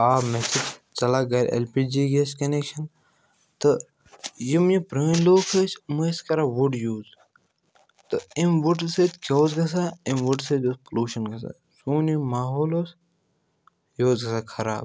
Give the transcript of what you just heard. آ مےٚ چھِ چلان گَرِ L P G gas connection تہٕ یِم یہِ پرٛٲنۍ لوٗکھ ٲسۍ یِم ٲسۍ کَران وُڑ یوٗز تہٕ اَمہِ وُڑٕ سۭتۍ کیٚہو اوس گژھان اَمہِ وُڑٕ سۭتۍ اوس پُلوٗشَن گژھان سون یہِ ماحول اوس یہِ اوس گژھان خراب